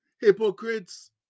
hypocrites